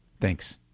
Thanks